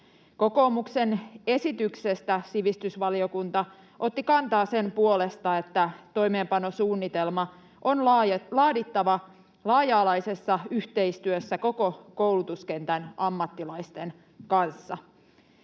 Kokoomuksen esityksestä sivistysvaliokunta otti kantaa sen puolesta, että toimeenpanosuunnitelma on laadittava laaja-alaisessa yhteistyössä koko koulutuskentän ammattilaisten kanssa.